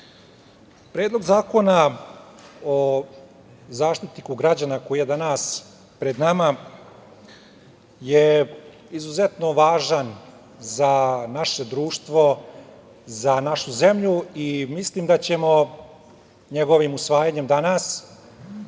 Predlog zakona o Zaštitniku građana koji je danas pred nama je izuzetno važan za naše društvo, za našu zemlju i mislim da ćemo njegovim usvajanjem danas